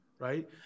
Right